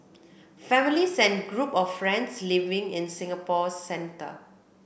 families and group of friends living in Singapore's centre